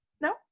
No